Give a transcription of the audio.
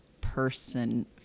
person